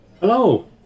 Hello